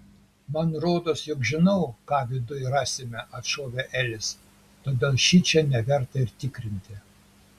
man rodos jog žinau ką viduj rasime atšovė elis todėl šičia neverta ir tikrinti